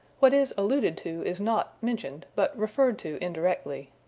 what is alluded to is not mentioned, but referred to indirectly.